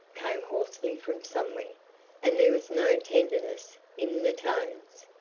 came hoarsely from somewhere, and there was no tenderness in the tones.